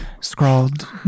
scrawled